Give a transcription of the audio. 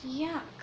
yuck